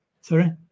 sorry